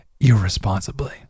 irresponsibly